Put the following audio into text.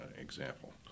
example